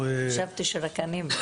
חשבתי שרק אני לא מבינה.